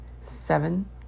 seven